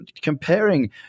Comparing